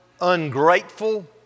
ungrateful